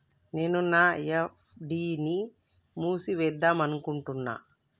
నేను నా ఎఫ్.డి ని మూసివేద్దాంనుకుంటున్న